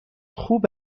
خوب